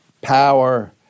power